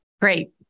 Great